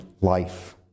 life